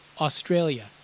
Australia